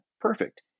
perfect